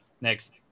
next